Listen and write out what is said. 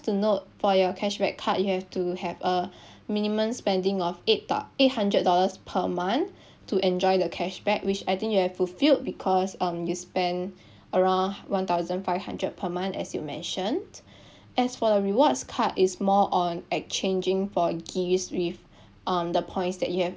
to note for your cashback card you have to have a minimum spending of eight thou~ eight hundred dollars per month to enjoy the cashback which I think you have fulfilled because um you spend around one thousand five hundred per month as you mentioned as for the rewards card it's more on exchanging for gifts with um the points that you have